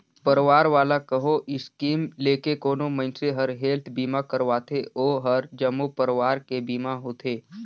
परवार वाला कहो स्कीम लेके कोनो मइनसे हर हेल्थ बीमा करवाथें ओ हर जम्मो परवार के बीमा होथे